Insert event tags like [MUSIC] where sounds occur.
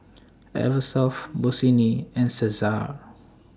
[NOISE] Eversoft Bossini and Cesar